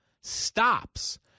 stops